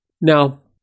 Now